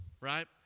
right